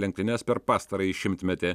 lenktynes per pastarąjį šimtmetį